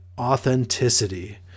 authenticity